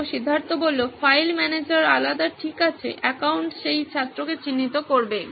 ছাত্র Siddhartha file manager আলাদা ঠিক আছে অ্যাকাউন্ট সেই ছাত্রকে চিহ্নিত করবে